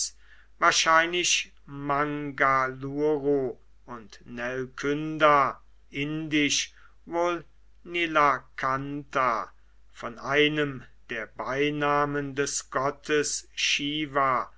wahrscheinlich mangaluru und nelkynda indisch wohl nlakantha von einem der beinamen des gottes